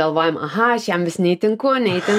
galvojam aha aš jam vis neįtinku neįtinku